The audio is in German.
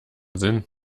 sinn